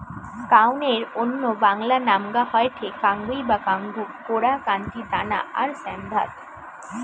কাউনের অন্য বাংলা নামগা হয়ঠে কাঙ্গুই বা কাঙ্গু, কোরা, কান্তি, দানা আর শ্যামধাত